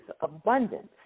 abundance